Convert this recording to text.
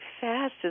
fast